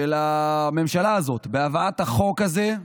של הממשלה הזאת בהבאת החוק הזה,